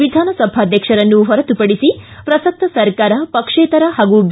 ವಿಧಾನಸಭಾಧ್ಯಕ್ಷರನ್ನು ಹೊರತು ಪಡಿಸಿ ಪ್ರಸಕ್ತ ಸರ್ಕಾರ ಪಕ್ಷೇತರ ಹಾಗೂ ಬಿ